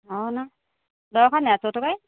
हो ना दवाखान्यात ठेवतो काय